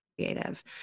creative